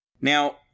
Now